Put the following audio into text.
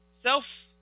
self